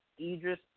Idris